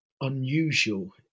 unusual